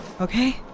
Okay